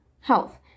health